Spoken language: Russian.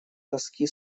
тоски